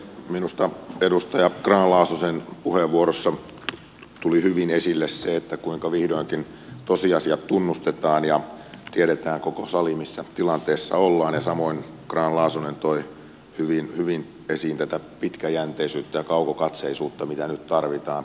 minusta edustaja grahn laasosen puheenvuorossa tuli hyvin esille se kuinka vihdoinkin tosiasiat tunnustetaan ja tiedetään koko sali missä tilanteessa ollaan ja samoin grahn laasonen toi hyvin esiin tätä pitkäjänteisyyttä ja kaukokatseisuutta mitä nyt tarvitaan